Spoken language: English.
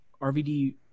RVD